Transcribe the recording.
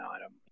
item